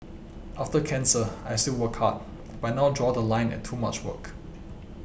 after cancer I still work hard but now draw The Line at too much work